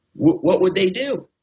what what would they do?